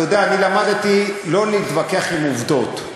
אתה יודע, אני למדתי שלא להתווכח עם עובדות.